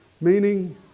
meaning